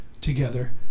together